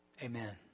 Amen